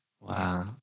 Wow